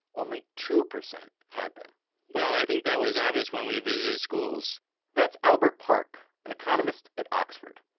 only two percent had them well i think that was obvious when we visited schools that's albert park, an economist at oxford.